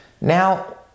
Now